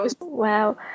wow